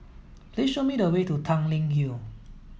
please show me the way to Tanglin Hill